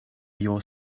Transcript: your